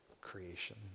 creation